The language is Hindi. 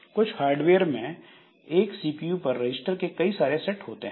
कुछ हार्डवेयर में एक सीपीयू पर रजिस्टर के कई सारे सेट होते हैं